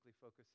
focus